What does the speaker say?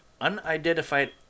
unidentified